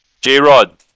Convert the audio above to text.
G-Rod